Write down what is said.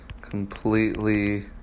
completely